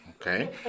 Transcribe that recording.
Okay